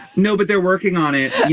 no but they're working on it.